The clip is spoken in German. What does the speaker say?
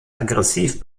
aggressiv